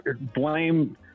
blame